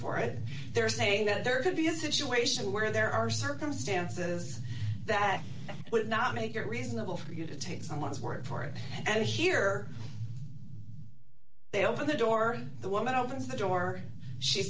for it they're saying that there could be a situation where there are circumstances that would not make it reasonable for you to take someone's word for it and here they open the door the woman opens the door she